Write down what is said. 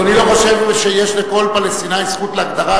כי אני חושב פעמיים על התמיכה אדוני לא חושב